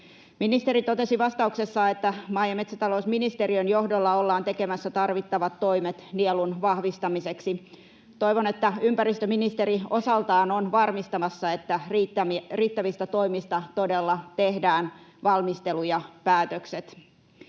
Ministeri totesi vastauksessaan, että maa- ja metsätalousministeriön johdolla ollaan tekemässä tarvittavat toimet nielun vahvistamiseksi. Toivon, että ympäristöministeri osaltaan on varmistamassa, että riittävistä toimista todella tehdään valmistelu ja päätökset.